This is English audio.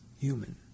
human